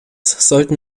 sollten